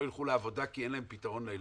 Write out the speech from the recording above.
יילכו לעבודה כי אין להם פתרון לילדים.